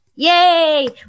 Yay